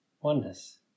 oneness